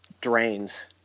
drains